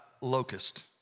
locust